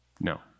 No